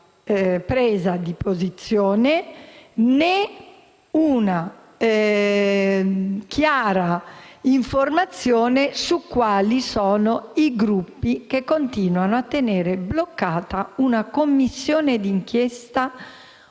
presa di posizione, né una chiara informazione su quali sono i Gruppi che continuano a tenere bloccata una Commissione d'inchiesta utile,